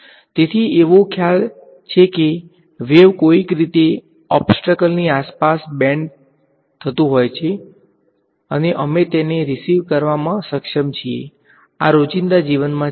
તેથી એવો ખ્યાલ છે કે વેવ કોઈક રીતે ઓબ્સટ્ર્કલની આસપાસ બેન્ડ થતુ હોય છે અને અમે તેને રીસીવ કરવામાં સક્ષમ છીએ આ રોજિંદા જીવનમાં છે